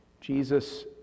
Jesus